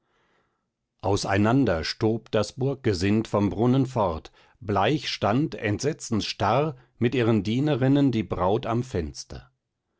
auseinander stob das burggesind vom brunnen fort bleich stand entsetzens starr mit ihren dienerinnen die braut am fenster